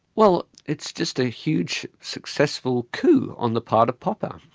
well it's just a huge successful coup on the part of popper.